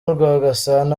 rwagasana